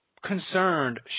Concerned